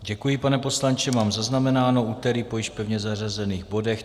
Děkuji, pane poslanče, mám zaznamenáno, úterý 22. 10. po již pevně zařazených bodech.